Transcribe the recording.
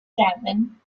tavern